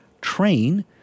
train